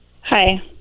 Hi